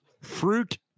fruit